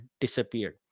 disappeared